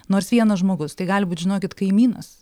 nors vienas žmogus tai gali būt žinokit kaimynas